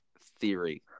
theory